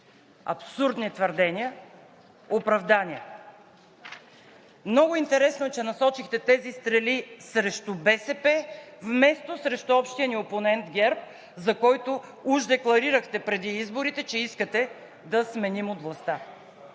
Абсурдни твърдения! Оправдания! Много интересно е, че насочихте тези стрели срещу БСП вместо срещу общия ни опонент ГЕРБ, за който уж декларирахте преди изборите, че искате да сменим от